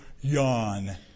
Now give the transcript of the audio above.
Yawn